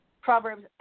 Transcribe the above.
Proverbs